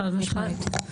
חד משמעית.